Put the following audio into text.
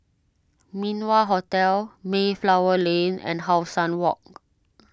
Min Wah Hotel Mayflower Lane and How Sun Walk